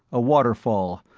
a waterfall,